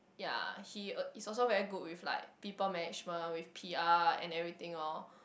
ya he's also very good with like people management with P_R and everything lor